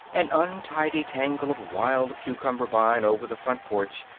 an untidy tangle of wild-cucumber vine over the front porch,